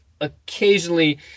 occasionally